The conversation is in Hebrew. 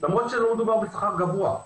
למרות שלא מדובר בשכר גבוה.